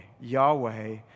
Yahweh